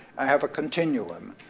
i have a continuum.